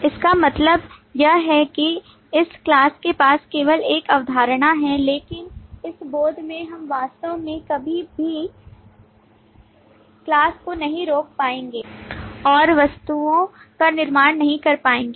इसका मतलब यह है कि इस class के पास केवल एक अवधारणा है लेकिन इस बोध में हम वास्तव में कभी भी class को रोक नहीं पाएंगे और वस्तुओं का निर्माण नहीं कर पाएंगे